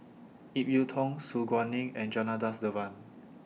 Ip Yiu Tung Su Guaning and Janadas Devan